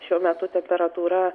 šiuo metu temperatūra